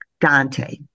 Dante